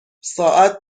ساعت